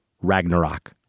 Ragnarok